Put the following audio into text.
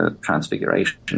transfiguration